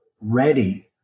ready